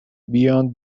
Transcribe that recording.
beyond